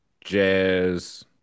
Jazz